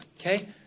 Okay